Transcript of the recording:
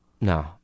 No